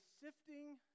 sifting